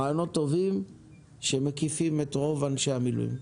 רעיונות טובים שמקיפים את רוב אנשי המילואים.